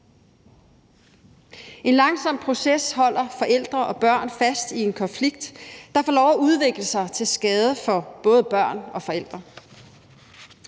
En langsom proces holder forældre og børn fast i en konflikt, der får lov til at udvikle sig til skade for både børn og forældre.